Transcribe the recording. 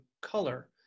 color